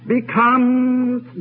becomes